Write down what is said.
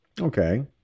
Okay